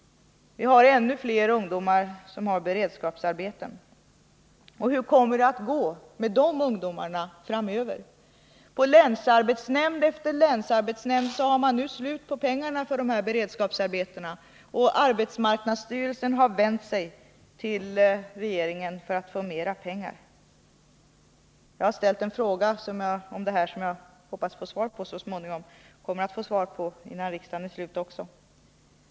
Vi har ännu fler ungdomar som har beredskapsarbeten. Hur kommer det att gå med de ungdomarna framöver? På länsarbetsnämnd efter länsarbetsnämnd har man nu slut på pengarna för de här beredskapsarbetena, och arbetsmarknadsstyrelsen har vänt sig till regeringen för att få mera pengar. Jag har ställt en fråga, som jag kommer att få svar på innan riksmötet är slut.